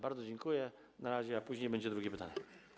Bardzo dziękuję na razie, a później będzie drugie pytanie.